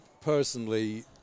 personally